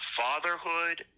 fatherhood